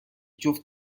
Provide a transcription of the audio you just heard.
جفت